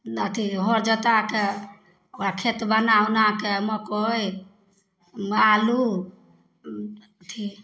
अथी हर जोताके ओकरा खेत बना उनाके मकइ आलू अथी